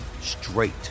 straight